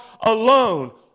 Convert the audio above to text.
alone